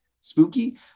spooky